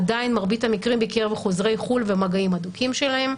עדיין מרבית המקרים בקרב חוזרי חו"ל ומגעים הדוקים שלהם,